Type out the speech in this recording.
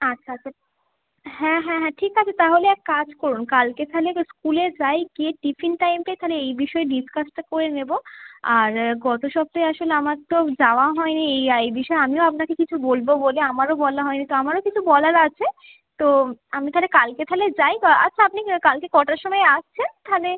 আচ্ছা আচ্ছা হ্যাঁ হ্যাঁ ঠিক আছে তাহলে এক কাজ করুন কালকে তালে স্কুলে যাই গিয়ে টিফিন টাইমটায় তালে এই বিষয়ে ডিসকাসটা করে নেবো আর গত সপ্তাহে আসলে আমার তো যাওয়া হয় নি এই এই বিষয়ে আমিও আপনাকে কিছু বলবো বলে আমারও বলা হয় নি তো আমারও কিছু বলার আছে তো আমি তাহলে কালকে তাহলে যাই আচ্ছা আপনি কালকে কটার সময় আসছেন তাহলে